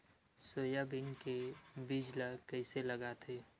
Soybean के बीज ल कइसे लगाथे?